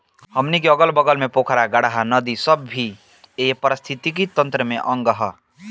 हमनी के अगल बगल के पोखरा, गाड़हा, नदी इ सब भी ए पारिस्थिथितिकी तंत्र के अंग ह